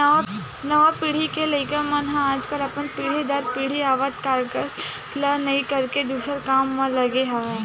नवा पीढ़ी के लइका मन ह आजकल अपन पीढ़ी दर पीढ़ी आवत कारज ल नइ करके दूसर काम म लगे हवय